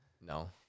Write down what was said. No